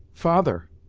father!